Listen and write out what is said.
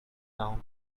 down